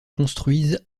construisent